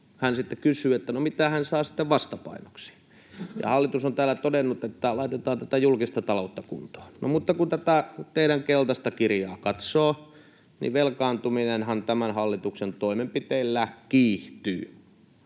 hän sitten kysyy, että no mitä hän saa sitten vastapainoksi, ja hallitus on täällä todennut, että laitetaan tätä julkista taloutta kuntoon. No, mutta kun tätä teidän keltaista kirjaanne katsoo, niin velkaantuminenhan tämän hallituksen toimenpiteillä kiihtyy,